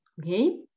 Okay